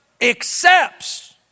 accepts